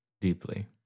Deeply